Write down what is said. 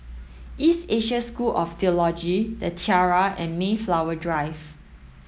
East Asia School of Theology The Tiara and Mayflower Drive